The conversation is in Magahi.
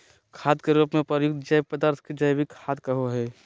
खाद रूप में प्रयुक्त जैव पदार्थ के जैविक खाद कहो हइ